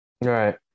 Right